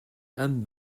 and